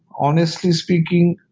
honestly speaking,